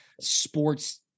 sports